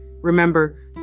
remember